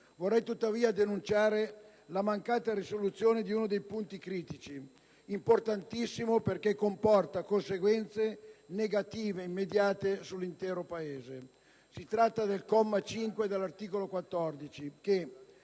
Vorrei tuttavia denunciare la mancata soluzione di uno dei punti critici, che è importantissimo perché comporta conseguenze negative e immediate sull'intero Paese. Si tratta del comma 5 dell'articolo 14, che,